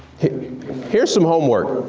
here's some homework,